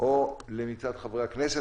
או מצד חברי הכנסת,